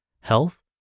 health